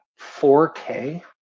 4K